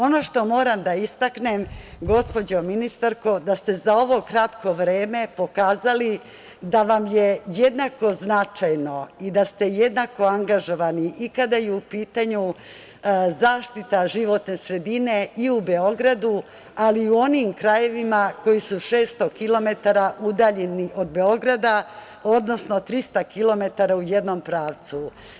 Ono što moram da istaknem, gospođo ministarko, da ste za ovo kratko vreme pokazali da vam je jednako značajno i da ste jednako angažovani i kada je u pitanju zaštita životne sredine i u Beogradu, ali i u onim krajevima koji su 600 kilometara udaljeni od Beograda, odnosno 300 kilometara u jednom pravcu.